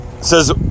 says